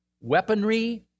weaponry